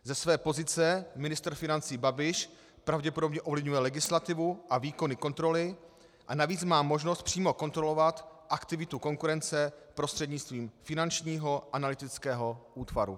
Ze své pozice ministr financí Babiš pravděpodobně ovlivňuje legislativu a výkony kontroly, a navíc má možnost přímo kontrolovat aktivitu konkurence prostřednictvím Finančního analytického útvaru.